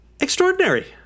extraordinary